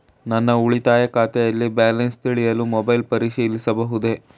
ನನ್ನ ಉಳಿತಾಯ ಖಾತೆಯಲ್ಲಿ ಬ್ಯಾಲೆನ್ಸ ತಿಳಿಯಲು ಮೊಬೈಲ್ ಪರಿಶೀಲಿಸಬಹುದೇ?